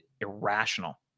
irrational